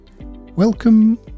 Welcome